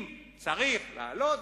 אם צריך להעלות,